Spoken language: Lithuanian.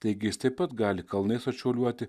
taigi jis taip pat gali kalnais atšuoliuoti